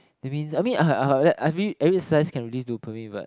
that means I mean I mean every exercise can release dopamine but